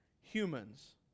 humans